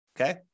okay